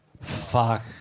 fuck